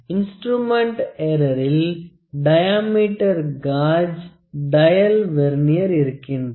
instrument எற்றறில் diameter gauge dial vernier இருக்கின்றது